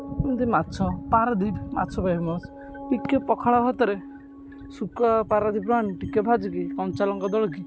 ଏମିତି ମାଛ ପାରାଦୀପ ମାଛ ଫେମସ୍ ଟିକିଏ ପଖାଳ ଭାତରେ ଶୁଖୁଆ ପାରାଦୀପରୁ ଆଣିକି ଟିକିଏ ଭାଜିକି କଞ୍ଚା ଲଙ୍କା ଦଳିକି